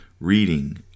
reading